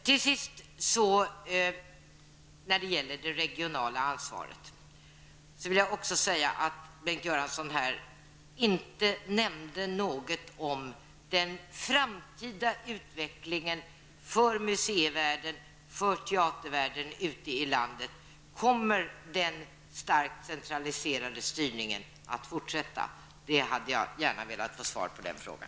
Till sist vill jag beträffande det regionala ansvaret säga att Bengt Göransson inte har nämnt någonting om den framtida utvecklingen för museivärlden, för teatervärlden ute i landet. Kommer den starkt centraliserade styrningen att fortsätta? Jag hade gärna velat ha svar på den frågan.